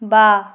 বাঁ